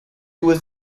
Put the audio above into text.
was